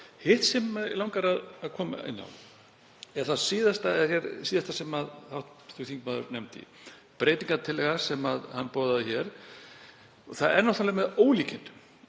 Hitt sem mig langar að koma inn á er það síðasta sem hv. þingmaður nefndi, breytingartillaga sem hann boðaði hér. Það er náttúrlega með ólíkindum